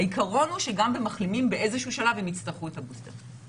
העיקרון הוא שגם המחלימים באיזשהו שלב יצטרכו את הבוסטר.